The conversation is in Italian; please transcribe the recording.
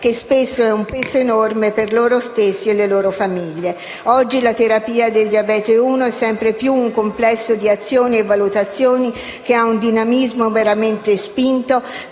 che, spesso, è un peso enorme per loro stessi e le loro famiglie. Oggi la terapia del diabete 1 è sempre più un complesso di azioni e valutazioni che ha un dinamismo veramente spinto,